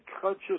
conscious